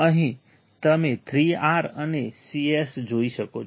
અહીં તમે ૩ R અને Cs જોઈ શકો છો